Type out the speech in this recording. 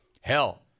Hell